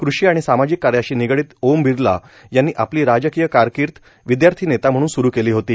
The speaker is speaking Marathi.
कृषी आणि सामाजिक कार्याशी निगडित ओम बिर्ला यांनी आपली राजकीय कारकीर्द विद्यार्थी नेता म्हणून सुरू केली होती